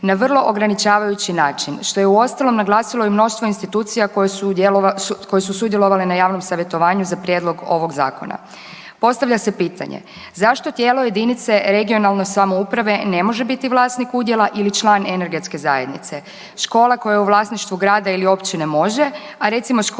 na vrlo ograničavajući način, što je uostalom, naglasilo i mnoštvo institucija koje su sudjelovale na javnom savjetovanju za prijedlog ovog Zakona. Postavlja se pitanje, zašto tijelo jedinice regionalne samouprave ne može biti vlasnik udjela ili član energetske zajednice? Škola koja je u vlasništvu grada ili općine može, a recimo škola